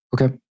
Okay